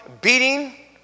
beating